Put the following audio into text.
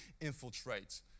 infiltrate